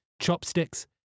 chopsticks